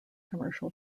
commercial